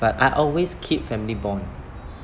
but I always keep family bond